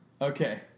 Okay